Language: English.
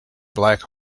black